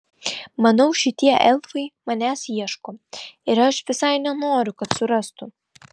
manau šitie elfai manęs ieško ir aš visai nenoriu kad surastų